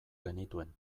genituen